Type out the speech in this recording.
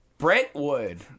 brentwood